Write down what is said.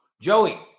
Joey